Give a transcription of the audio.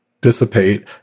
dissipate